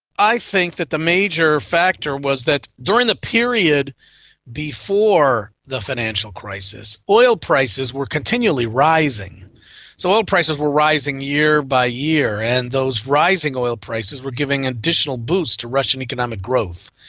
i think that the major factor was that during the period before the financial crisis, oil prices were continually rising. so oil prices were rising year by year, and those rising oil prices were giving additional boost to russian economic growth.